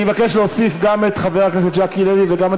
אני מבקש להוסיף גם את חבר הכנסת ז'קי לוי וגם את